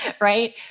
right